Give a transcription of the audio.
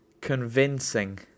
convincing